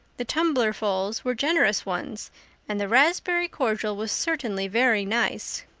the tumblerfuls were generous ones and the raspberry cordial was certainly very nice.